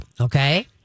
Okay